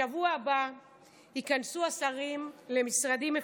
מהשבוע הבא ייכנסו השרים למשרדים מפורקים.